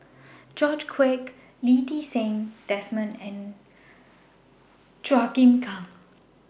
George Quek Lee Ti Seng Desmond and Chua Chim Kang